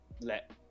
let